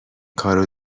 کار